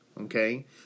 okay